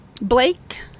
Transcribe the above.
Blake